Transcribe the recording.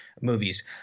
movies